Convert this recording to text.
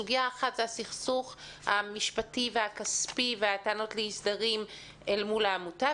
סוגיה אחת זה הסכסוך המשפטי והכספי והטענות לאי סדרים אל מול העמותה,